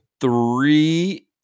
three